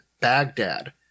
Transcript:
Baghdad